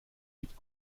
mit